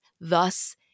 thus